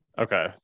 okay